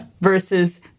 versus